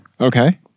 Okay